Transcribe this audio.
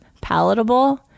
palatable